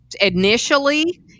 Initially